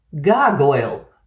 Gargoyle